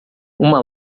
uma